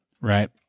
right